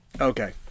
Okay